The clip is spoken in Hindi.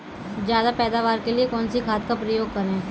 ज्यादा पैदावार के लिए कौन सी खाद का प्रयोग करें?